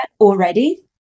already